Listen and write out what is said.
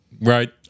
Right